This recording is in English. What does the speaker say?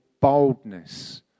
boldness